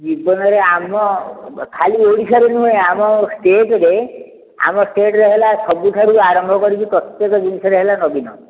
ଜୀବନରେ ଆମ ଖାଲି ଓଡ଼ିଶାରେ ନୁହେଁ ଆମ ଷ୍ଟେଟ୍ରେ ଆମ ଷ୍ଟେଟ୍ରେ ହେଲା ସବୁଠାରୁ ଆରମ୍ଭ କରିକି ପ୍ରତେକ ଜିନିଷରେ ହେଲା ନବୀନ